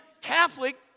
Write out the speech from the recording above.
Catholic